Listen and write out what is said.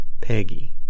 Peggy